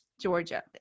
Georgia